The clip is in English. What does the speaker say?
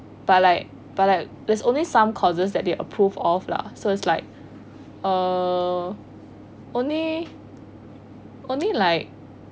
but like but like there is only some courses that they approve of lah so it's like uh only only like